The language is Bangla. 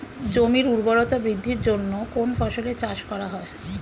জমির উর্বরতা বৃদ্ধির জন্য কোন ফসলের চাষ করা হয়?